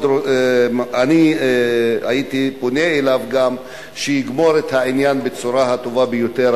אני הייתי פונה אליו גם שיגמור את העניין בצורה הטובה ביותר.